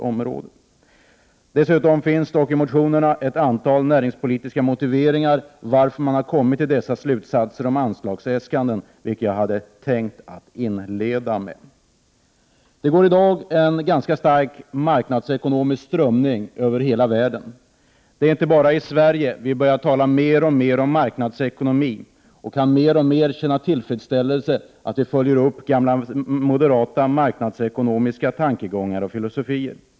I motionerna finns dock ett antal näringspolitiska motiveringar för de slutsatser som man har kommit fram till om anslagsäskandena. Jag hade tänkt att inleda med dessa. Det går i dag en ganska stark marknadsekonomisk strömning över hela världen. Det är inte bara i Sverige vi börjar tala mer och mer om marknadsekonomi och mer och mer kan känna tillfredsställelse över att vi följer upp gamla moderata marknadsekonomiska tankegångar och filosofier.